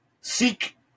Seek